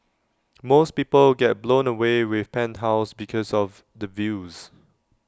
most people get blown away with penthouses because of the views